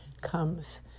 comes